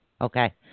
Okay